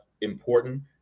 important